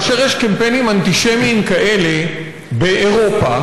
כאשר יש קמפיינים אנטישמיים כאלה באירופה